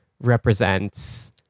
represents